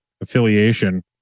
affiliation